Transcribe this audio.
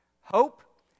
Hope